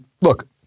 look